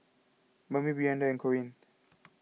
Bambi Brianda and Corine